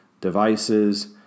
devices